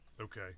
Okay